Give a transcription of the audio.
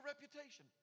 reputation